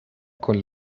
con